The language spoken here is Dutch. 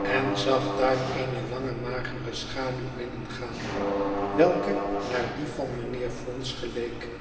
en zag daar eene lange magere schaduw binnengaan welke naar die van mijnheer vholes geleek